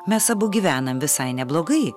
mes abu gyvenam visai neblogai